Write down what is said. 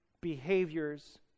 behaviors